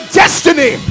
destiny